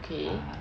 okay